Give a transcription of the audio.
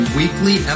weekly